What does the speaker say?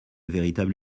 véritable